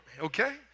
okay